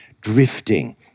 drifting